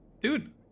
Dude